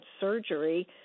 surgery